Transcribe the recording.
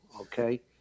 okay